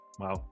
Wow